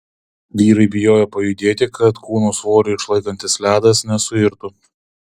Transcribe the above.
vyrai bijojo pajudėti kad kūno svorį išlaikantis ledas nesuirtų